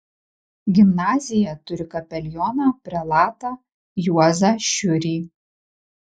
gimnazija turi kapelioną prelatą juozą šiurį